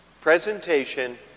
Presentation